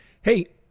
Hey